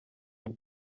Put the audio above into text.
nke